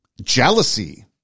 jealousy